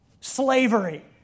Slavery